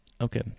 Okay